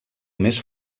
més